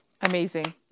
Amazing